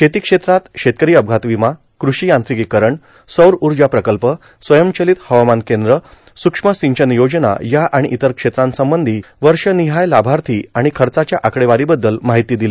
शेती क्षेत्रात शेतकरां अपघात र्वामा कृषी यांत्रिकांकरण सौर उजा प्रकल्प स्वयंर्चालत हवामान कद्र सुक्ष्म र्सिंचन योजना या र्आण इतर क्षेत्रांसंबंधी वर्षानहाय लाभार्था र्आण खचाच्या आकडेवारोबद्दल मार्गहती दिली